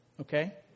okay